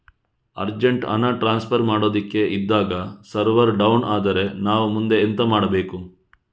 Urgent ಹಣ transfer ಮಾಡೋದಕ್ಕೆ ಇದ್ದಾಗ ಸರ್ವರ್ ಡೌನ್ ಆದರೆ ನಾವು ಮುಂದೆ ಎಂತ ಮಾಡಬೇಕು?